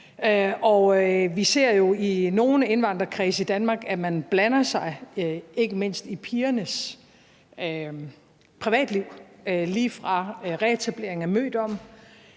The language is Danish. vi ser jo i nogle indvandrerkredse i Danmark, at man blander sig, ikke mindst i pigernes privatliv lige fra reetablering af mødomme